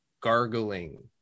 gargling